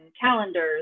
calendars